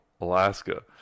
Alaska